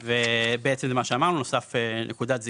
להם תתווסף נקודת זיכוי.